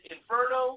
Inferno